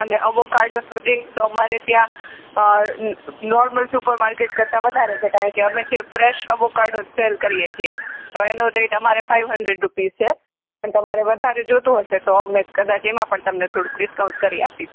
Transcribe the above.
અને અવોકાડોનો રેટ અમારે ત્યાં લ નોર્મલ સુપર માર્કેટ કરતાં વધારે છે કારણકે અમે જે ફ્રેશ અવોકાડો જ સેલ કરીએ છીએ તો એનો રેટ અમારે ફાઇવ હન્ડ્રેડ રુપીઝ છે પણ તમારે વધારે જોઇતું હશે તો અમે કદાચ એમાં પણ તમને થોડુંક ડિસ્કાઉન્ટ કરી આપીશું